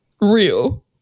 real